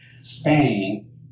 Spain